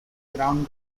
ground